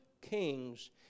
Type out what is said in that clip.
kings